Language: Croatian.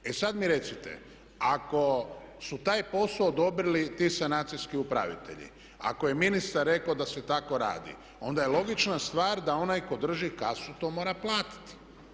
E sad mi recite, ako su taj posao odobrili ti sanacijski upravitelji, ako je ministar rekao da se tako radi, onda je logična stvar da onaj tko drži kasu to mora platiti.